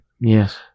Yes